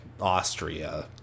Austria